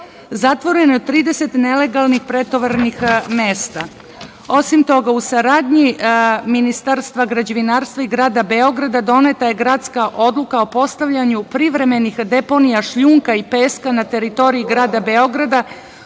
Zatvoreno je 30 nelegalnih pretovarnih mesta. Osim toga, u saradnji Ministarstva građevinarstva i grada Beograda, doneta je gradska odluka o postavljanju privremenih deponija šljunka i peska na teritoriji grada Beograda,